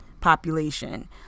population